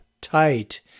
tight